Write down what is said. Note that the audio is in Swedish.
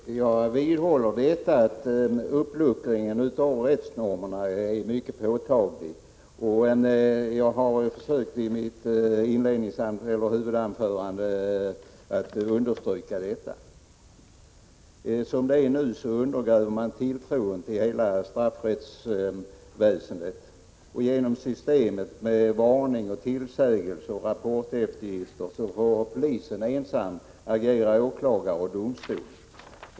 Herr talman! Jag vidhåller att uppluckringen av rättsnormerna är mycket påtaglig — det försökte jag understryka i mitt huvudanförande. Som det är nu undergräver man tilltron till hela straffrättsväsendet. Genom systemet med varning, tillsägelse och rapporteftergift får polisen ensam agera åklagare och domstol.